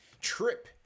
trip